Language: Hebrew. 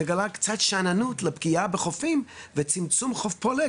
מגלה קצת שאננות לפגיעה בחופים וצמצום חוף פולג